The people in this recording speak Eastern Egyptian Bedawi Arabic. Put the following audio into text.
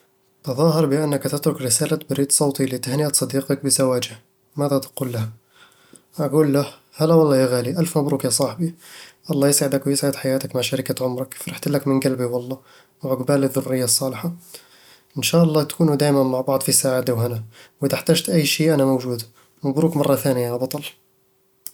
تظاهر بأنك تترك رسالة بريد صوتي لتهنئة صديقك بزواجه. ماذا تقول له؟ أقول له: "هلا والله يا غالي، ألف مبروك يا صاحبي الله يسعدك ويسعد حياتك مع شريكة عمرك. فرحت لك من قلبي والله، وعقبال الذرية الصالحة إن شاء الله تكونوا دايمًا مع بعض في سعادة وهنا، وإذا احتجت اي شي أنا موجود. مبروك مرة ثانية يا بطل"